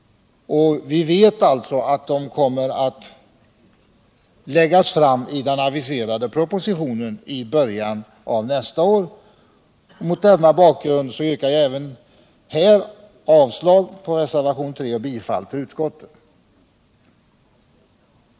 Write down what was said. Vi vet alltså att förslag kommer att läggas fram i den aviserade propositionen i början av nästa år. Mot denna bakgrund yrkar jag här avslag även på reservationen 3 och bifall till utskottets hemställan.